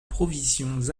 provisions